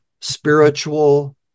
spiritual